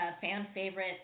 fan-favorite